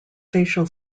facial